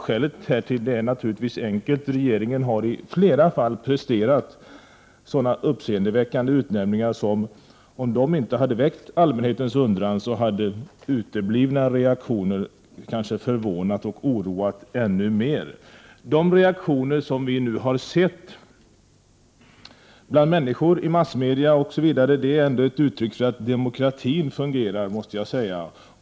Skälet härtill är naturligtvis enkelt — regeringen har i flera fall presterat så uppseendeväckande utnämningar att, om de inte hade väckt allmänhetens undran, uteblivna reaktioner kanske hade förvånat och oroat ännu mer. De reaktioner som vi nu har sett bland människor, i massmedia osv. är ändå ett uttryck för att demokratin fungerar.